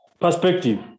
perspective